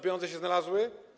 Pieniądze się znalazły?